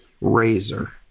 razor